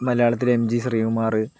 മലയാളത്തിൽ M G Sreekumar